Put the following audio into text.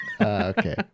Okay